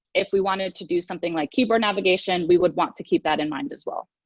if we wanted to do something like keyboard navigation, we would want to keep that in mind as well.